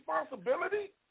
responsibility